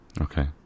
Okay